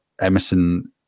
Emerson